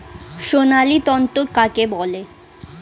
সোনালী তন্তু কাকে বলে?